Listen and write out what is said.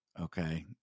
okay